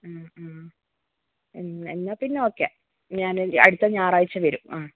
എന്ന് എന്നാൽ പിന്നെ ഓക്കേ ഞാൻ അടുത്ത ഞായാറാഴ്ച്ച വരും ആ